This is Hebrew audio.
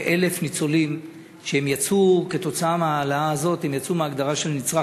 כ-1,000 ניצולים שיצאו כתוצאה מההעלאה הזאת מההגדרה של נצרך